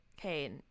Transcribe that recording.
okay